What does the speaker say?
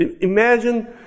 imagine